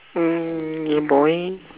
mm yeah boy